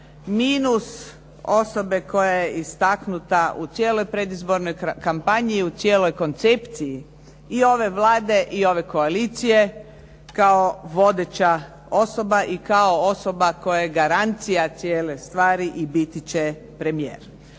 minus osoba koja je istaknuta u cijeloj predizbornoj kampanji i u cijeloj koncepciji i ove Vlade i ove koalicije kao vodeća osoba i kao osoba koja je garancija cijele stvari i biti će premijer.